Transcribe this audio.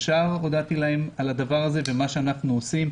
ומיד הודעתי להם על הדבר הזה ועל מה שאנחנו עושים,